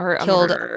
killed